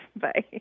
Bye